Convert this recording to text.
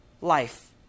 life